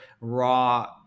raw